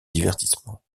divertissement